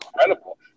incredible